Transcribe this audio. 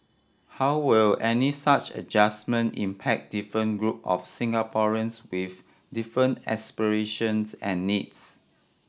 how will any such adjustment impact different group of Singaporeans with different aspirations and needs